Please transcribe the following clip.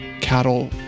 cattle